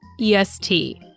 EST